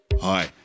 Hi